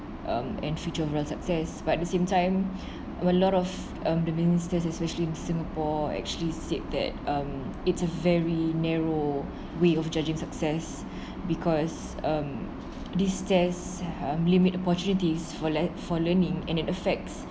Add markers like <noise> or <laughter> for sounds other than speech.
um and future for success but at the same time a lot of um the ministers especially in singapore actually said that um it's a very narrow way of judging success because um these test limit opportunities for <noise> for learning and it affects